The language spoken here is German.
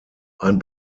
ein